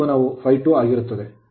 ಈ ಕೋನವೂ ∅2 ಆಗಿರುತ್ತದೆ